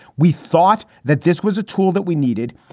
we thought that this was a tool that we needed.